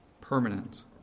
permanent